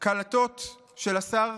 קלטות של השר